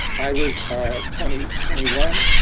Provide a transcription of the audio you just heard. i was ah twenty twenty one.